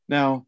Now